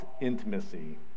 intimacy